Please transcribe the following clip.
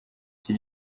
iki